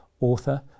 author